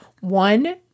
one